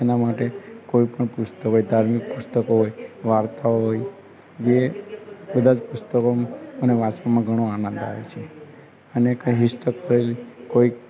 એના માટે કોઈ પણ પુસ્તક હોય ધાર્મિક પુસ્તકો હોય વાર્તાઓ હોય જે બધાં જ પુસ્તકો મને વાંચવામાં ઘણો આનંદ આવે છે અને કહીશ તો કઈ કોઈક